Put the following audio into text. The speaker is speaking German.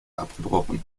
abgebrochen